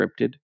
scripted